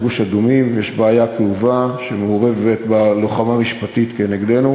בגוש-אדומים יש בעיה כאובה שמעורבת בה לוחמה משפטית כנגדנו,